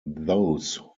those